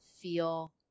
feel